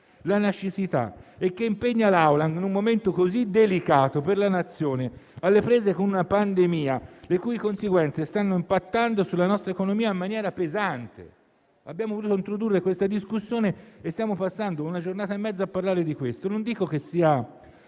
la necessità e che impegna l'Assemblea in un momento così delicato per la Nazione, alle prese con una pandemia le cui conseguenze stanno imperversando pesantemente sulla nostra economia. Abbiamo voluto introdurre questa discussione e stiamo passando una giornata e mezza a parlare di questo. Non dico che non